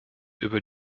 über